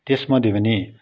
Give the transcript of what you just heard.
त्यसमध्ये पनि